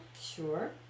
Sure